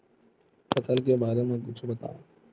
फसल के बारे मा कुछु बतावव